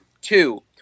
two